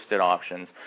options